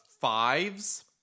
fives